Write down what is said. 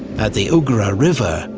at the ugra river,